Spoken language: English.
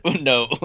no